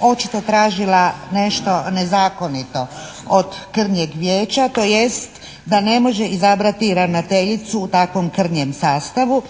očito tražila nešto nezakonito od krnjeg Vijeća, tj. da ne može izabrati ravnateljicu u takvom krnjem sastavu